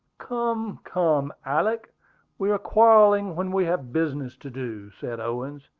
come, come, alick we are quarrelling when we have business to do, said owen,